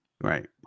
Right